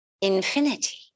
infinity